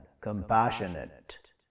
Compassionate